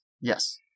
Yes